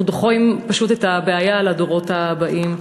אנחנו דוחים את הבעיה לדורות הבאים.